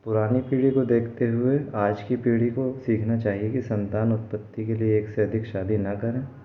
पुरानी पीढ़ी को देखते हुए आज की पीढ़ी को सीखना चाहिए की संतान उत्पत्ति के लिए एक से अधिक शादी न करें